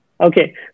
Okay